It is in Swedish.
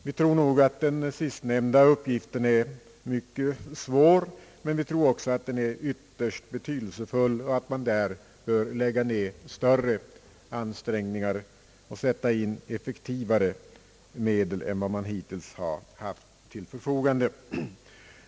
Vi tror nog att den sistnämnda uppgiften är mycket svår men också ytterst betydelsefull. Man bör där lägga ned större ansträngningar och sätta in effektivare medel än man hittills har gjort.